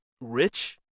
rich